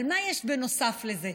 אבל מה יש בנוסף לזה,